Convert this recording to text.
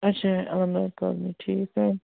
اَچھا Alamdar colony ٹھیٖک ہَے